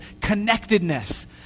connectedness